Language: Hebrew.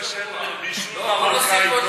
בואו נבשל בישול מרוקאי טוב.